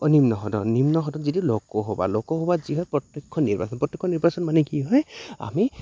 অ নিম্ন সদন নিম্ন সদন যিটো লোকসভা লোক্যসভা যি হয় প্ৰত্যেক্ষ নিৰ্বাচন প্ৰত্যক্ষ নিৰ্বাচন মানে কি হয় আমি